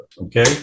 okay